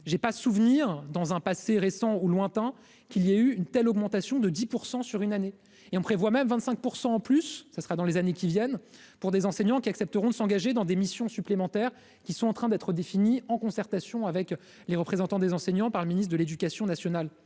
j'ai pas souvenir dans un passé récent ou lointain qu'il y a eu une telle augmentation de 10 % sur une année et on prévoit même 25 %, en plus, ça sera dans les années qui viennent pour des enseignants qui accepteront de s'engager dans des missions supplémentaires qui sont en train d'être défini en concertation avec les représentants des enseignants par le ministre de l'Éducation nationale,